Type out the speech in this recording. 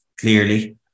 clearly